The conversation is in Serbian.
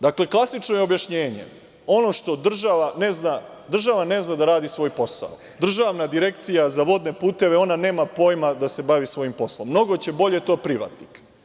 Dakle, klasično je objašnjenje, država ne zna da radi svoj posao, Državna direkcija za vodne puteve nema pojma da se bavi svojim poslom, mnogo će bolje to privatnik.